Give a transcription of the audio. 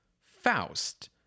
Faust